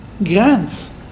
grants